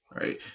right